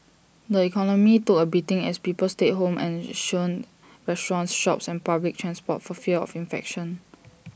the economy took A beating as people stayed home and shunned restaurants shops and public transport for fear of infection